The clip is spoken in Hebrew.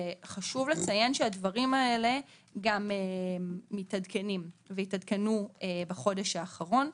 וחשוב לציין שהדברים האלה גם מתעדכנים והתעדכנו בחודש האחרון.